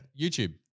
YouTube